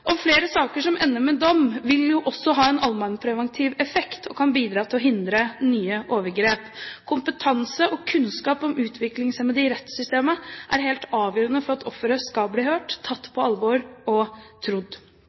Flere saker som ender med en dom, vil jo også ha en allmennpreventiv effekt, og kan bidra til å hindre nye overgrep. Kompetanse og kunnskap om utviklingshemmede i rettssystemet er helt avgjørende for at offeret skal bli hørt, tatt på alvor og trodd.